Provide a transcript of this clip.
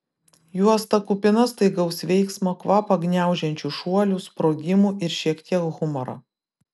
juosta kupina staigaus veiksmo kvapą gniaužiančių šuolių sprogimų ir šiek tiek humoro